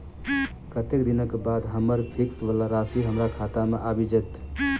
कत्तेक दिनक बाद हम्मर फिक्स वला राशि हमरा खाता मे आबि जैत?